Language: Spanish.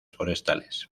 forestales